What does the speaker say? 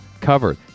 covered